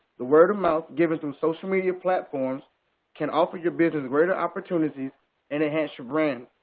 the word of mouth given through social media platforms can offer your business greater opportunities and enhance your brand.